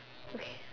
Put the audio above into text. okay